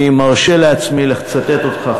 אני מרשה לעצמי לצטט אותך,